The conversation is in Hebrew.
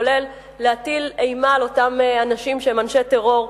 כולל להטיל אימה על אותם אנשים שהם אנשי טרור,